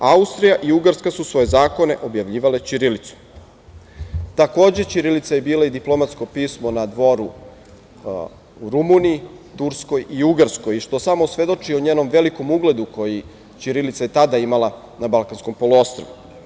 Austrija i Ugarska su svoje zakone objavljivale ćirilicom.“ Takođe, ćirilica je bila i diplomatsko pismo na dvoru u Rumuniji, Turskoj i Ugarskoj, što samo svedoči o njenom velikom ugledu koji je ćirilica tada imala na Balkanskom poluostrvu.